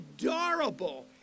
adorable